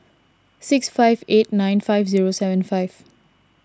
six five eight nine five zero seven five